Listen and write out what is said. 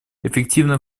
эффективное